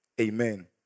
Amen